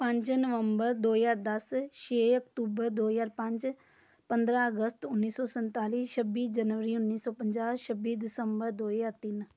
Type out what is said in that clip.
ਪੰਜ ਨਵੰਬਰ ਦੋ ਹਜ਼ਾਰ ਦਸ ਛੇ ਅਕਤੂਬਰ ਦੋ ਹਜ਼ਾਰ ਪੰਜ ਪੰਦਰ੍ਹਾਂ ਅਗਸਤ ਉੱਨੀ ਸੌ ਸੰਨਤਾਲੀ ਛੱਬੀ ਜਨਵਰੀ ਉੱਨੀ ਸੌ ਪੰਜਾਹ ਛੱਬੀ ਦਸੰਬਰ ਦੋ ਹਜ਼ਾਰ ਤਿੰਨ